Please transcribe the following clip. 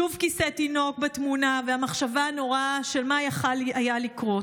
שוב כיסא תינוק בתמונה והמחשבה הנוראה של מה יכול היה לקרות.